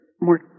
more